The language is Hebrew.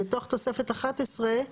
בתוך תוספת אחת עשרה.